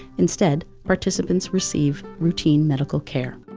instead, participants receive routine medical care.